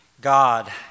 God